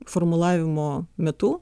formulavimo metu